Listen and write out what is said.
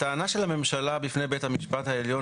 הטענה של הממשלה בפני בית המשפט העליון